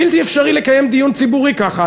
בלתי-אפשרי לקיים דיון ציבורי ככה.